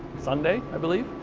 sunday i believe?